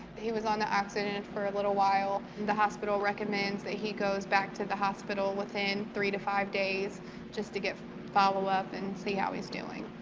he was on the oxygen for a little while. the hospital recommends that he goes back to the hospital within three to five days just to follow up and see how he's doing.